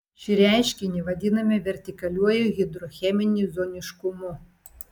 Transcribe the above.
šį reiškinį vadiname vertikaliuoju hidrocheminiu zoniškumu